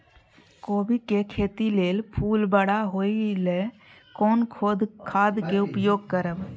कोबी के खेती लेल फुल बड़ा होय ल कोन खाद के उपयोग करब?